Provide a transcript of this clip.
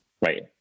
right